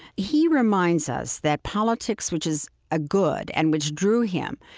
he reminds us that politics, which is a good and which drew him,